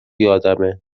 یادمه